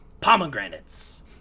Pomegranates